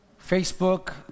Facebook